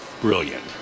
brilliant